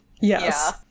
Yes